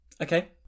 Okay